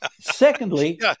Secondly